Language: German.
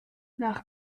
nach